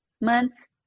months